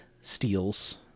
steals